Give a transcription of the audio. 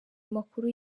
amakuru